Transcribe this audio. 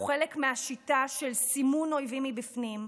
הוא חלק מהשיטה של סימון אויבים מבפנים,